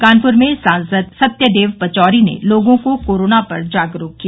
कानपुर में सांसद सत्यदेव पचौरी ने लोगों को कोरोना पर जागरूक किया